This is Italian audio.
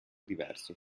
diversi